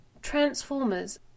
transformers